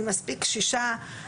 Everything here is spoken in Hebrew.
אני מספיק קשישה,